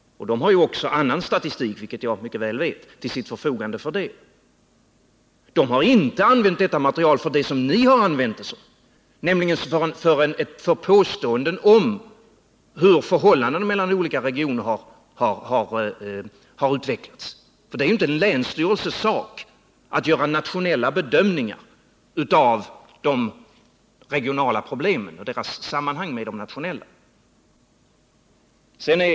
De har också annan statistik till sitt förfogande, vilket jag mycket väl vet. De har inte använt detta material för samma ändamål som ni, nämligen för påståenden om hur förhållandena mellan olika regioner har utvecklats. Det är ju inte länsstyrelsens sak att göra nationella bedömningar av de regionala problemen och dessas sammanhang med de nationella.